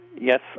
yes